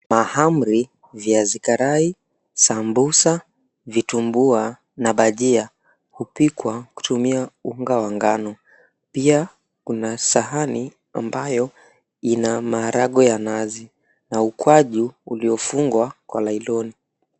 Mahamri, viazi karai, sambusa vitumbua na bhajia hupikwa kwa kutumia unga wa ngano, pia kuna sahani ambayo ina maharangwe ya nazi na ukwaju uliofungwa kwa nyloni .